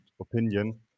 opinion